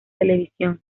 televisión